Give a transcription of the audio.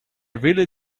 really